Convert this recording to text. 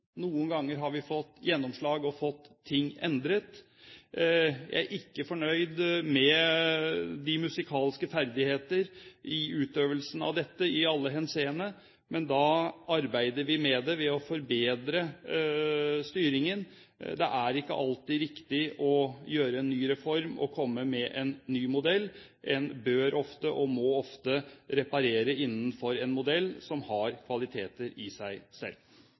Noen ganger har vi fått gjennomslag og fått ting endret. Jeg er ikke fornøyd med de musikalske ferdigheter i utøvelsen av dette i alle henseender, men vi arbeider med det ved å forbedre styringen. Det er ikke alltid riktig å lage en ny reform og komme med en ny modell. En bør ofte og må ofte reparere innenfor en modell som har kvaliteter i seg selv.